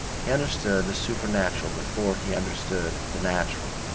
he understood the supernatural before he understood the natural.